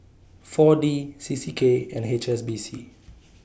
four D C C K and H S B C